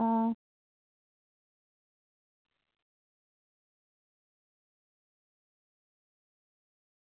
आं